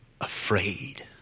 afraid